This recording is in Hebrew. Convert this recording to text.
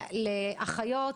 לאחיות,